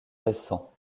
récent